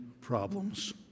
problems